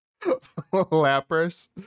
Lapras